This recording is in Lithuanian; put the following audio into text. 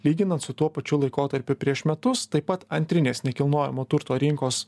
lyginant su tuo pačiu laikotarpiu prieš metus taip pat antrinės nekilnojamo turto rinkos